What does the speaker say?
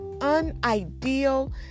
unideal